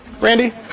Randy